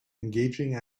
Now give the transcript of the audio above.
engaging